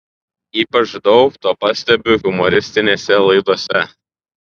ypač daug to pastebiu humoristinėse laidose